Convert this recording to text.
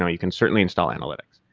ah you can certainly install analytics.